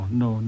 no